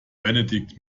benedikt